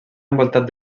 envoltat